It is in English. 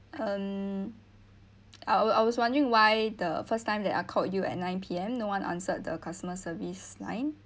um I was I was wondering why the first time that I called you at nine P_M no one answered the customer service line